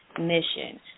mission